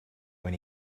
when